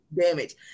damage